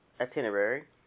itinerary